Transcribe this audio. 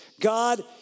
God